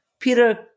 Peter